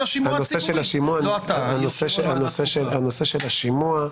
הנושא של השימוע,